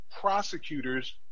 prosecutors